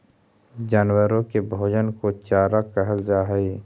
जानवरों के भोजन को चारा कहल जा हई